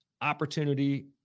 opportunity